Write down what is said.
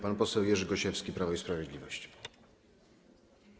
Pan poseł Jerzy Gosiewski, Prawo i Sprawiedliwość.